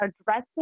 addressing